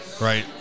right